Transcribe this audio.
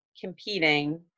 competing